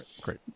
Great